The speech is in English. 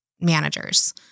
managers